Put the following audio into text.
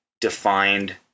defined